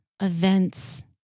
events